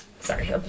Sorry